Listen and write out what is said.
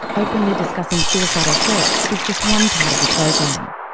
openly discussing suicidal thoughts is just one part of the program.